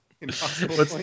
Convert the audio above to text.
Impossible